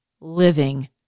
living